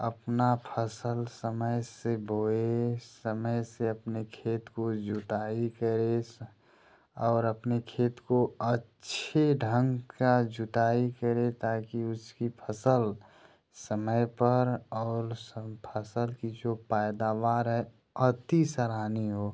अपना फसल समय से बोए समय से अपने खेत को जुताई करें और अपने खेत को अच्छे ढंग का जुताई करें ताकि उसकी फसल समय पर और सम फसल की जो पैदावार है अति सराहनीय हो